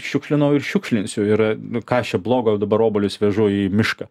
šiukšlinau ir šiukšlinsiu ir kas čia blogo jei dabar obuolius vežu į mišką